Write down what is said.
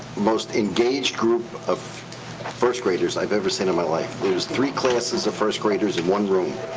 most engaged group of first-graders i've ever seen in my life. there was three classes of first-graders in one room.